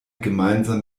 gemeinsam